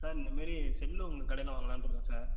sir இந்தமாரி cell உங்கள் கடையில் வாங்கலாம்ன்ருக்கோம் சார்